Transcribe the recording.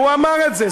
הוא אמר את זה,